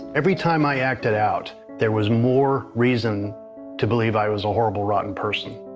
every time i acted out there was more reason to believe i was a horrible rotten person.